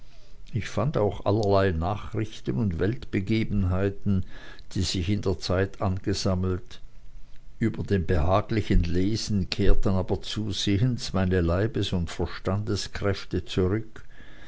ich fand auch allerlei nachrichten und weltbegebenheiten die sich in der zeit angesammelt über dem behaglichen lesen kehrten aber zusehends meine leibes und verstandeskräfte zurück